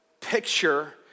picture